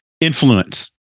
influence